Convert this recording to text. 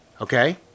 Okay